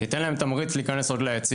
זה ייתן להם תמריץ להיכנס עוד ליציע.